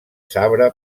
sabre